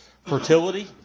fertility